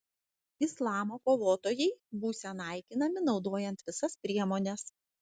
islamo kovotojai būsią naikinami naudojant visas priemones